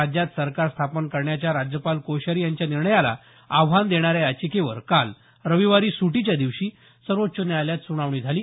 राज्यात सरकार स्थापन करण्याच्या राज्यपाल कोश्यारी यांच्या निर्णयाला आव्हान देणाऱ्या याचिकेवर काल रविवारी सुटीच्या दिवशी सर्वोच्च न्यायालयात सुनावणी झाली